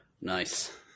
Nice